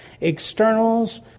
Externals